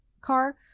car